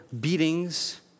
beatings